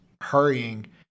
hurrying